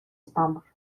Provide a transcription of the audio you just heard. estamos